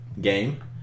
game